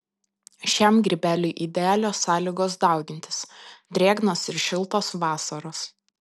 šiam grybeliui idealios sąlygos daugintis drėgnos ir šiltos vasaros